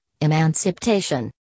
emancipation